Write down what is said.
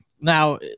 now